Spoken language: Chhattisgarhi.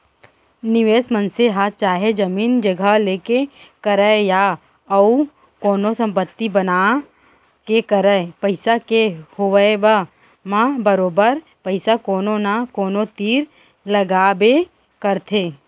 निवेस मनसे ह चाहे जमीन जघा लेके करय या अउ कोनो संपत्ति बना के करय पइसा के होवब म बरोबर पइसा कोनो न कोनो तीर लगाबे करथे